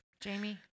Jamie